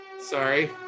sorry